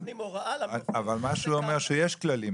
אבל מה שהוא אומר שיש כללים,